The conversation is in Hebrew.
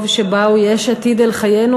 טוב שבאו יש עתיד לחיינו,